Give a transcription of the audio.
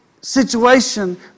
situation